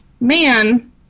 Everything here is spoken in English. man